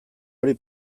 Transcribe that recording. hori